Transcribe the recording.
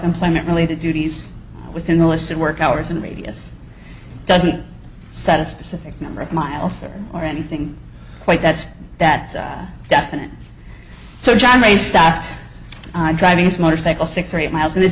employment related duties within the listed work hours in radius doesn't set a specific number of miles or anything quite that that definite so john may stopped driving his motorcycle six or eight miles and it